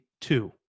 two